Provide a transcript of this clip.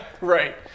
right